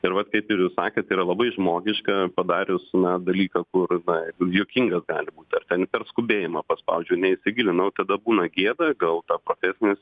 ir vat kaip ir jūs sakėt yra labai žmogiška padarius na dalyką kur na juokingas gali būt ar ten per skubėjimą paspaudžiau neįsigilinau tada būna gėda gal ta profesinės